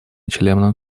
членам